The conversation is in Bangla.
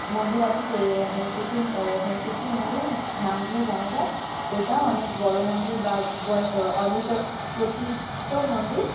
মন্দির আছে যে হংসেশ্বরীর হংসেশ্বরী মন্দির নাম দিয়ে জানা যায় ওইটাও অনেক বড় মন্দির বা বন অনেক প্রচলিত মন্দির